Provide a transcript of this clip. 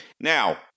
Now